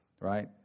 Right